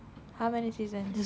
how many seasons